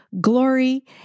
glory